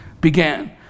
began